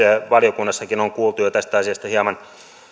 valiokunnassakin on kuultu jo tästä asiasta segregaatiosta hieman